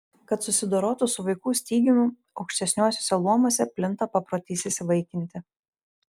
kad susidorotų su vaikų stygiumi aukštesniuosiuose luomuose plinta paprotys įsivaikinti